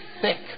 thick